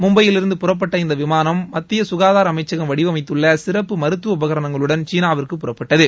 மும்பையிலிருந்து புறப்பட்ட இந்த விமானம் மத்திய ககாதார அமைச்சகம் வடிவமைத்துள்ள சிறப்பு மருத்துவ உபகரணங்களுடன் சீனாவிற்கு புறப்பட்டது